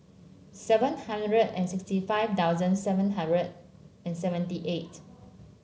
seven hundred and sixty five thousand seven hundred and seventy eight